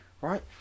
right